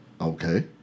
Okay